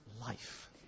life